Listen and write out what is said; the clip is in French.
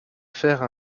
faire